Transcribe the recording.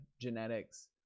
genetics